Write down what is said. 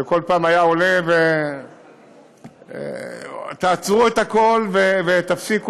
שכל פעם היה עולה: תעצרו את הכול ותפסיקו,